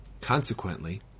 Consequently